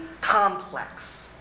complex